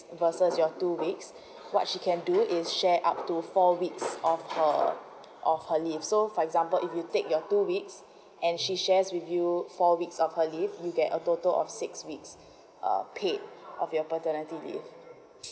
versus your two weeks what she can do is share out to four weeks of her of her leaves so for example if you take your two weeks and she shares with you four weeks of her leaves you'll get a total of six weeks uh paid of your paternity leaves